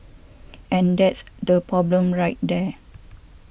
and that's the problem right there